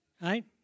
Right